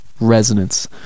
resonance